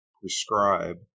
prescribe